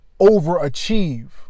overachieve